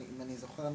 אם אני זוכר נכון.